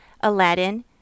Aladdin